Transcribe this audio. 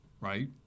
Right